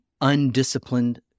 undisciplined